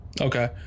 Okay